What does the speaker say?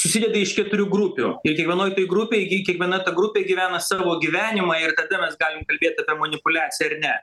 susideda iš keturių grupių ir kiekvienoj toj grupėj ir kiekviena ta grupė gyvena savo gyvenimą ir kada mes galim kalbėt apie manipuliaciją ar ne